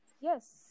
Yes